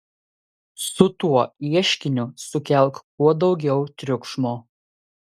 su tuo ieškiniu sukelk kuo daugiau triukšmo